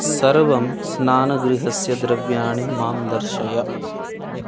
सर्वं स्नानगृहस्य द्रव्याणि मां दर्शय